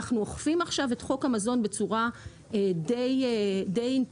אנחנו אוכפים עכשיו את חוק המזון בצורה די אינטנסיבית.